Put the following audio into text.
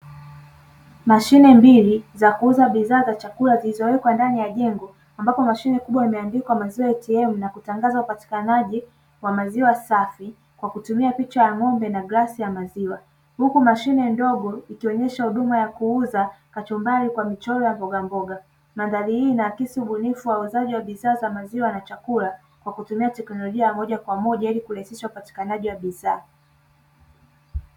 Mashine mbili za kuuza bidhaa za chakula zilizowekwa ndani ya jengo, ambapo mashine kubwa imeandikwa maziwa "ATM" na kutangaza upatikanaji wa maziwa safi kwa kutumia picha ya ng'ombe na glasi ya maziwa; huku mashine ndogo ikionyesha huduma ya kuuza kachumbari kwa michoro ya mbogamboga. Mandhari hii inaakisi ubunifu wa uuzaji wa bidhaa za maziwa na chakula kwa kutumia teknolojia ya moja kwa moja ili kurahisisha upatikanaji wa bidhaa.